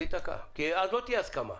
זה יתקע כי אז לא תהיה הסכמה.